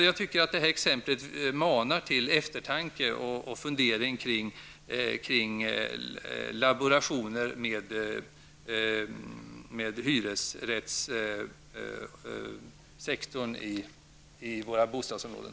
Jag tycker att mitt exempel manar till eftertanke och funderingar kring laborationer med hyresrättssektorn i våra bostadsområden.